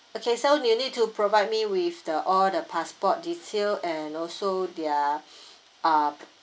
okay so you need to provide me with the all the passport details and also their uh